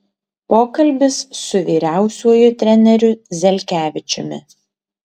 pokalbis su vyriausiuoju treneriu zelkevičiumi